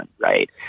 right